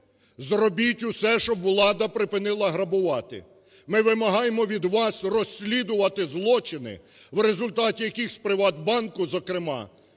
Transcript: зробіть усе, щоб влада припинила грабувати. Ми вимагаємо від вас розслідувати злочини, в результаті яких з "ПриватБанку" зокрема,